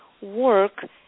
work